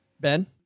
Ben